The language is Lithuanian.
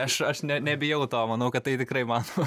aš aš ne nebijau to manau kad tai tikrai įmanoma